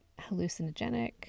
hallucinogenic